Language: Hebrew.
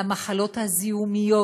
על המחלות הזיהומיות,